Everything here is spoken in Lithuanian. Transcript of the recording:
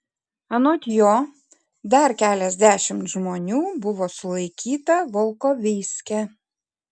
anot jo dar keliasdešimt žmonių buvo sulaikyta volkovyske